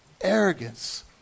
arrogance